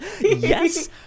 Yes